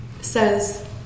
says